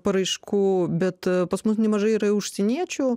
paraiškų bet pas mus nemažai yra užsieniečių